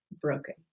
broken